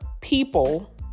people